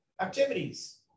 activities